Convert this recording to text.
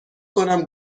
کنم